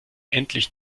endlich